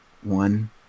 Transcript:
one